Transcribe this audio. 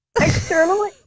externally